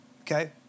okay